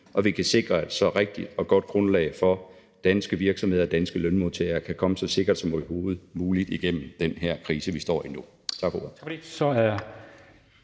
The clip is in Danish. at vi kan sikre så rigtigt og så godt et grundlag som muligt for, at danske virksomheder og danske lønmodtagere kan komme så sikkert som overhovedet muligt igennem den her krise, vi står i nu. Tak for ordet.